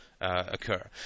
Occur